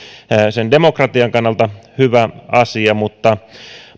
demokratian kannalta hyvä asia mutta